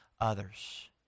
Others